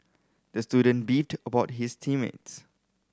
the student beefed about his team mates